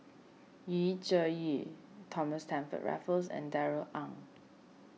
Yu Zhuye Thomas Stamford Raffles and Darrell Ang